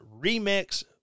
Remix